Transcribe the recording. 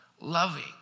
loving